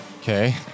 Okay